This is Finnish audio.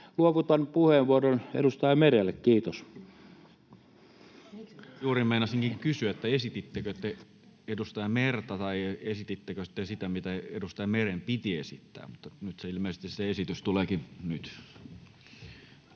Luovutan puheenvuoron edustaja Merelle. — Kiitos. Juuri meinasinkin kysyä, esitittekö te edustaja Merta tai esitittekö te sitä, mitä edustaja Meren piti esittää, mutta se esitys ilmeisesti tuleekin nyt.